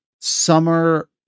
summer